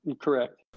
Correct